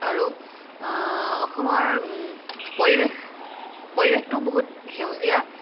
আৰু অসমৰ পৰিৱেশ পৰিৱেশটো বহুত সেউজীয়া